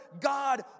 God